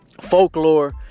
folklore